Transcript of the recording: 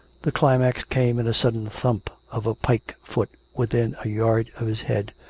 the climax came in a sudden thump of a pike foot within a yard of his head,